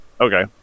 Okay